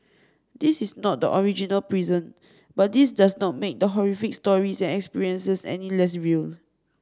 this is not the original prison but this does not make the horrific stories and experiences any less real